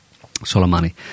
Soleimani